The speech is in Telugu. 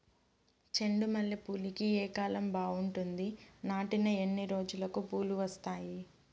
చెండు మల్లె పూలుకి ఏ కాలం బావుంటుంది? నాటిన ఎన్ని రోజులకు పూలు వస్తాయి?